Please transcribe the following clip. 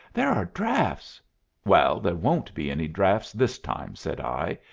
there are drafts well, there won't be any drafts this time, said i.